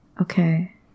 Okay